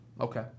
okay